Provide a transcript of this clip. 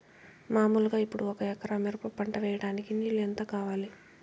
మామూలుగా ఇప్పుడు ఒక ఎకరా మిరప పంట వేయడానికి నీళ్లు ఎంత కావాలి?